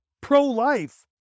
pro-life